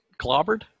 clobbered